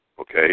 Okay